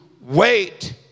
wait